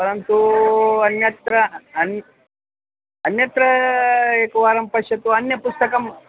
परन्तु अन्यत्र अन्यत्र अन्यत्र एकवारं पश्यतु अन्यं पुस्तकम्